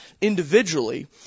individually